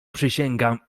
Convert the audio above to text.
przysięgam